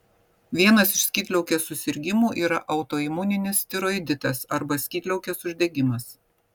vienas iš skydliaukės susirgimų yra autoimuninis tiroiditas arba skydliaukės uždegimas